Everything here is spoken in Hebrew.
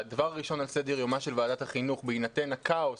הדבר הראשון על סדר-יומה של ועדת החינוך בהינתן הכאוס